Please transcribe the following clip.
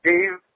Dave